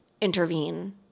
intervene